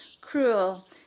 cruel